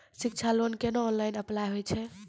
शिक्षा लोन केना online apply होय छै?